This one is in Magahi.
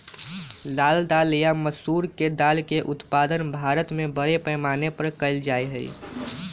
लाल दाल या मसूर के दाल के उत्पादन भारत में बड़े पैमाने पर कइल जा हई